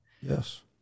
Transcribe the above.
yes